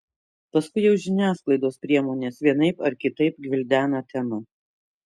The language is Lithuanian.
paskui jau žiniasklaidos priemonės vienaip ar kitaip gvildena temą